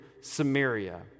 Samaria